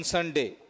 Sunday